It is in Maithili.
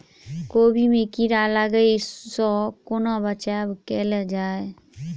कोबी मे कीड़ा लागै सअ कोना बचाऊ कैल जाएँ?